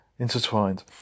intertwined